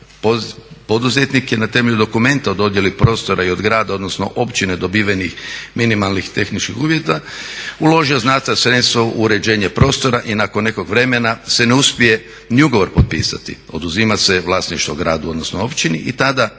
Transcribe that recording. Poduzetnik je na temelju dokumenta o dodjeli prostora i od grada odnosno općine dobivenih minimalnih tehničkih uvjeta uložio znatna sredstva u uređenje prostora i nakon nekog vremena se ne uspije ni ugovor potpisati. Oduzima se vlasništvo gradu odnosno općini i tada